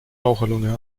raucherlunge